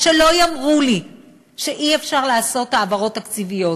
ושלא יאמרו לי שאי-אפשר לעשות העברות תקציביות.